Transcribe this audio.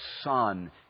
Son